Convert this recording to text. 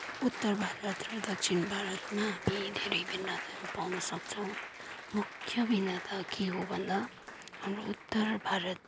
उत्तर भारत र दक्षिण भारतमा धेरै धेरै भिन्नताहरू पाउन सक्छौँ मुख्य भिन्नता के हो भन्दा हाम्रो उत्तर भारत